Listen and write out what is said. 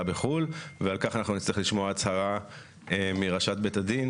בחו"ל - נצטרך לשמוע הצהרה מראשת בית הדין